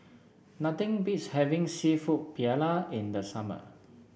nothing beats having seafood Paella in the summer